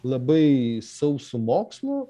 labai sausu mokslu